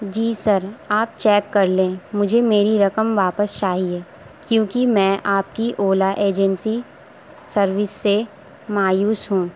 جی sir آپ check کر لیں مجھے میری رقم واپس چاہیے کیونکہ میں آپ کی اولا ایجنسی سروس سے مایوس ہوں